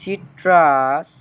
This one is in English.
citrus